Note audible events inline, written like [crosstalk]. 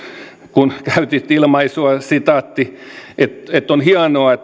kun käytit ilmaisua että on hienoa [unintelligible]